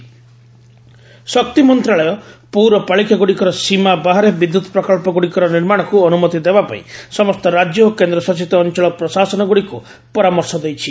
ଗଭ୍ construction activity ଶକ୍ତି ମନ୍ତ୍ରଣାଳୟ ପୌରପାଳିକାଗୁଡ଼ିକର ସୀମା ବାହାରେ ବିଦ୍ୟୁତ୍ ପ୍ରକଳ୍ପଗୁଡ଼ିକର ନିର୍ମାଣକୁ ଅନୁମତି ଦେବା ପାଇଁ ସମସ୍ତ ରାଜ୍ୟ ଓ କେନ୍ଦ୍ରଶାସିତ ଅଞ୍ଚଳ ପ୍ରଶାସନଗୁଡ଼ିକୁ ପରାମର୍ଶ ଦେଇଛି